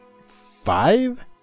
five